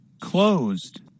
Closed